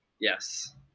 Yes